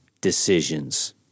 decisions